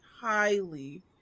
highly